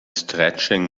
stretching